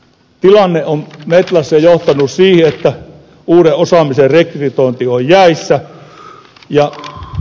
tilanne on metlassa johtanut siihen että uuden osaamisen rekrytointi on jäissä